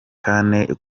kane